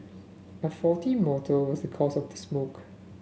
a faulty motor was the cause of the smoke